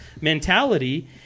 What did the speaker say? mentality